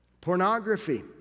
pornography